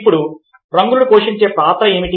ఇప్పుడు రంగులు పోషించే పాత్ర ఏమిటి